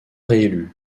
réélu